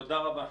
תודה רבה.